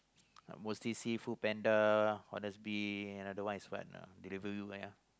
mostly see FoodPanda Honestbee another one is what uh Deliveroo ah